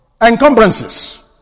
encumbrances